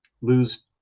lose